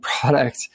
product